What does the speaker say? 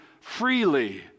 freely